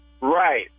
Right